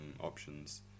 options